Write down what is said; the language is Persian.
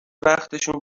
وقتشون